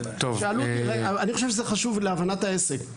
אני חושב שזה חשוב להבנת העסק.